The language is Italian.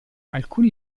alcuni